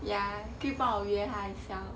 ya 可以帮我约她一下吗